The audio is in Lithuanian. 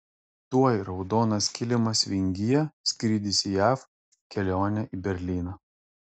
tuoj raudonas kilimas vingyje skrydis į jav kelionė į berlyną